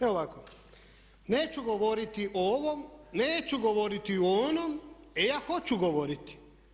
E ovako, neću govoriti o ovom, neću govoriti o onom e ja hoću govoriti!